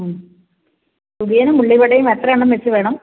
ആ സുഖിയനും ഉള്ളിവടയും എത്രയെണ്ണം വച്ച് വേണം